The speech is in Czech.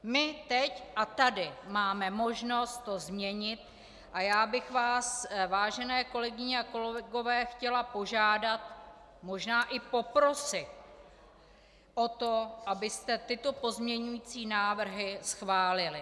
My teď a tady máme možnost to změnit a já bych vás, vážené kolegyně a kolegové chtěla požádat, možná i poprosit o to, abyste tyto pozměňující návrhy schválili.